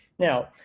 now,